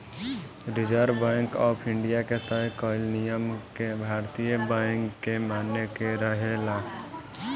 reserve bank of India के तय कईल नियम के भारतीय बैंक के माने के रहेला